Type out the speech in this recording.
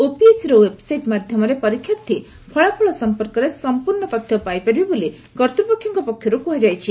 ଓପିଏସ୍ଇର website ମାଧ୍ୟମରେ ପରୀକ୍ଷାର୍ଥୀ ଫଳାଫଳ ସଂପର୍କରେ ସଂପ୍ରର୍ଷ ତଥ୍ ପାଇପାରିବେ ବୋଲି କର୍ତ୍ତୁପକ୍ଷଙ୍କ ପକ୍ଷରୁ କୁହାଯାଇଛି